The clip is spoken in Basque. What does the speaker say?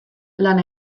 lan